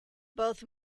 both